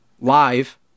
live